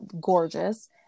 gorgeous